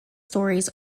stories